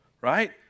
right